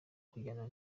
kujyana